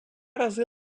рази